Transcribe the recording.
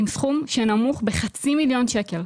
עם סכום שנמוך בחצי מיליון שקלים.